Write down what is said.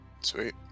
Sweet